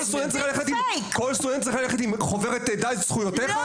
ביג פייק --- אז כל סטודנט צריך ללכת עם חוברת דע את זכויותיך?